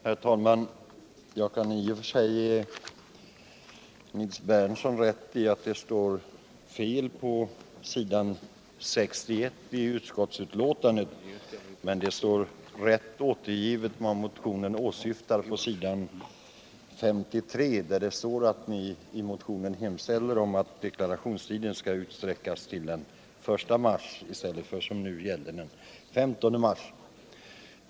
Herr talman! Jag kan i och för sig ge Nils Berndtson rätt i att det uppkommit ett fel på s. 61 i utskottets betänkande. Men på s. 53 är motionsyrkandet riktigt återgivet. Där står nämligen att ni i motionen begär att deklarationstiden skall utsträckas från den 15 februari till den 1 mars.